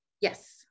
Yes